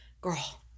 girl